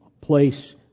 place